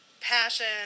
passion